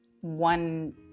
one